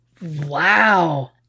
Wow